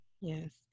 Yes